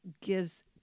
gives